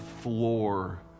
floor